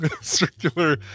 circular